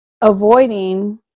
avoiding